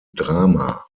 drama